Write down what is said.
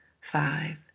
five